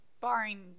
barring